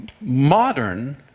modern